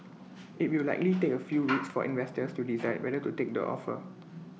IT will likely take A few weeks for investors to decide whether to take the offer